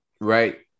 right